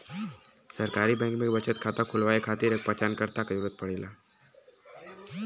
सरकारी बैंक में बचत खाता खुलवाये खातिर एक पहचानकर्ता क जरुरत पड़ला